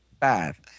Five